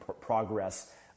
progress